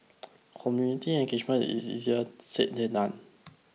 community engagement is easier said than done